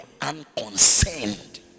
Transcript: unconcerned